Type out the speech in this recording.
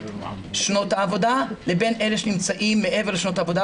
שנות העבודה וגם לאלו שנמצאים מעבר למסגרת זו,